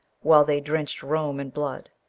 while they drenched rome in blood.